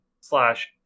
slash